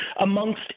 amongst